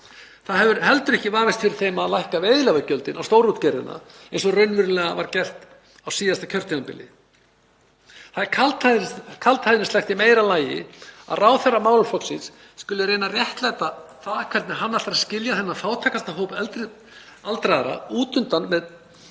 Það hefur heldur ekki vafist fyrir henni að lækka veiðigjaldið á stórútgerðirnar eins og raunverulega var gert á síðasta kjörtímabili. Það er kaldhæðnislegt í meira lagi að ráðherra málaflokksins skuli reyna að réttlæta það hvernig hann ætlar að skilja þennan fátækasta hóp aldraðra út undan með